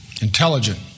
intelligent